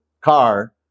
car